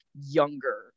younger